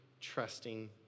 trusting